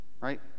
right